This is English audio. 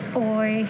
boy